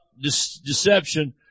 deception